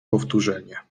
powtórzenie